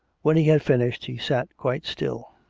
when he had finished, he sat quite still.